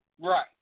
Right